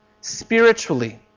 Spiritually